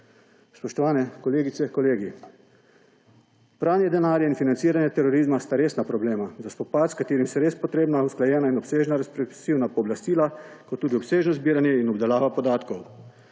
Spoštovani kolegice, kolegi, pranje denarja in financiranje terorizma sta resna problema za spopad, s katerim so res potrebna usklajena in obsežna represivna pooblastila kot tudi obsežno zbiranje in obdelava podatkov.